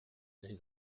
les